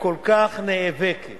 כל כך נאבקת